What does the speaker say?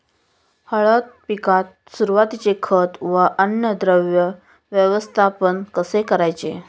हळद पिकात सुरुवातीचे खत व अन्नद्रव्य व्यवस्थापन कसे करायचे?